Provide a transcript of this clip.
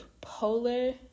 polar